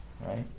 right